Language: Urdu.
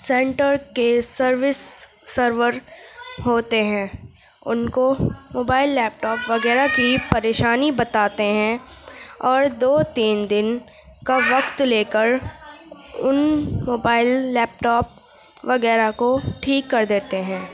سنٹر کے سروس سرور ہوتے ہیں ان کو موبائل لیپ ٹاپ وغیرہ کی پریشانی بتاتے ہیں اور دو تین دن کا وقت لے کر ان موبائل لیپ ٹاپ وغیرہ کو ٹھیک کر دیتے ہیں